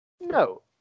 No